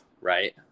right